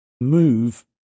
move